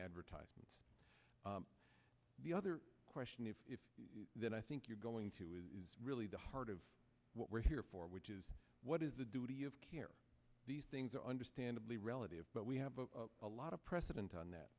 advertisements the other question is that i think you're going to is really the heart of what we're here for which is what is the duty of care these things are understandably relative but we have a lot of precedent on that